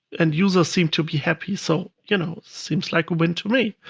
and users seemed to be happy, so you know seems like a win to me.